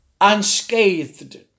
unscathed